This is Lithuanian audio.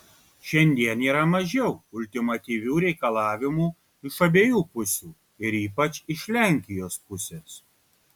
šiandien yra mažiau ultimatyvių reikalavimų iš abiejų pusių ir ypač iš lenkijos pusės